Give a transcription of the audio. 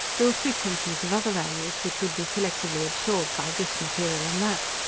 there were frequencies of other values, which would be selectively absorbed by this material and that.